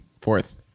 fourth